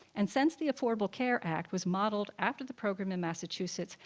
and since the affordable care act was modeled after the program in massachusetts,